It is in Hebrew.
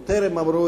או טרם אמרו,